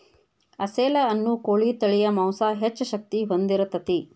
ಅಸೇಲ ಅನ್ನು ಕೋಳಿ ತಳಿಯ ಮಾಂಸಾ ಹೆಚ್ಚ ಶಕ್ತಿ ಹೊಂದಿರತತಿ